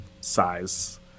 size